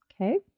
Okay